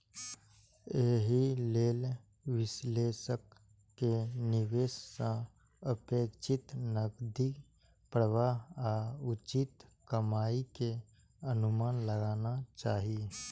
एहि लेल विश्लेषक कें निवेश सं अपेक्षित नकदी प्रवाह आ उचित कमाइ के अनुमान लगाना चाही